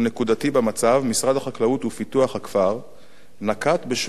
משרד החקלאות ופיתוח הכפר נקט שורת צעדים אופרטיביים: